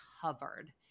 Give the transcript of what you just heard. covered